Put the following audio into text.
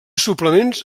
suplements